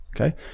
okay